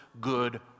good